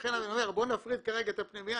לכן אני אומר, בואו נפריד כרגע את הפנימייה.